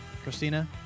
Christina